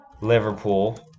Liverpool